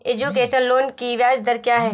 Education loan की ब्याज दर क्या है?